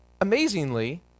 amazingly